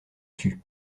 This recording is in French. tut